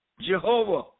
Jehovah